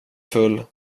full